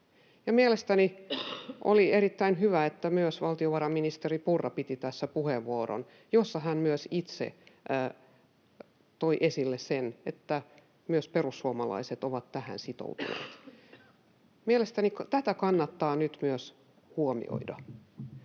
mielestäni oli erittäin hyvä, että myös valtiovarainministeri Purra piti tässä puheenvuoron, jossa hän myös itse toi esille sen, että myös perussuomalaiset ovat tähän sitoutuneet. Mielestäni myös tämä kannattaa nyt huomioida.